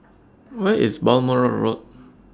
Where IS Balmoral Road